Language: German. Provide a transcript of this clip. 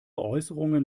äußerungen